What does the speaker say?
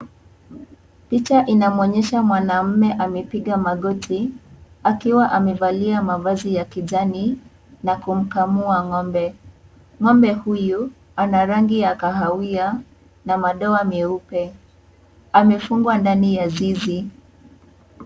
Picha inamuonyesha mwanamme amepiga magoti akiwa amevalia mavazi ya kijani na kumkamua ng'ombe. Ng'ombe huyu ana rangi ya kahawia na madoa meupe, amefungwa ndani ya zizi.